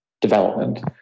development